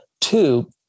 Two